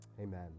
Amen